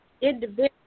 individual